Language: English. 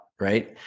right